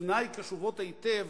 אוזני קשובות היטב